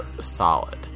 solid